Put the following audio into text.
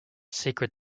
sacred